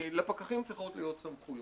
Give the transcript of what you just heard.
לפקחים צריכות להיות סמכויות,